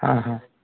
हा हा